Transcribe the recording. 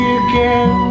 again